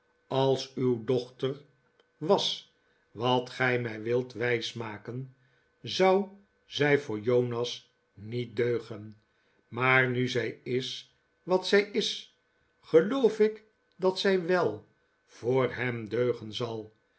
als uw dochter was wat gij mij wilt wijs maken zou zij voor jonas niet deugen maar nu zij is wat zij is geloof ik dat zij wel voor hem deugen zal